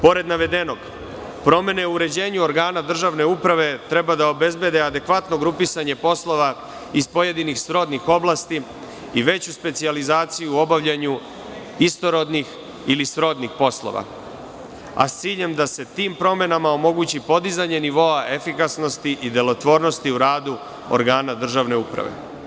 Pored navedenog, promene uređenja organa državne uprave treba da obezbede adekvatno grupisanje poslova iz pojedinih srodnih oblasti i veću specijalizaciju u obavljanju istorodnih ili srodnih poslova, a s ciljem da se tim promenama omogući podizanje nivoa efikasnosti i delotvornosti u radu organa državne uprave.